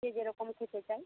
যে যেরকম খেতে চায়